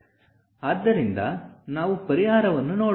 ಆದ್ದರಿಂದ ನಾವು ಪರಿಹಾರವನ್ನು ನೋಡೋಣ